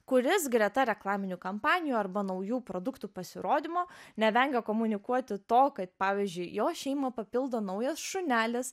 kuris greta reklaminių kampanijų arba naujų produktų pasirodymo nevengia komunikuoti to kad pavyzdžiui jo šeimą papildo naujas šunelis